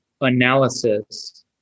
analysis